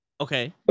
okay